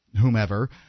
whomever